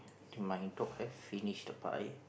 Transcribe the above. to my top left finish the pie